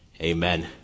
Amen